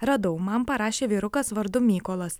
radau man parašė vyrukas vardu mykolas